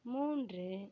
மூன்று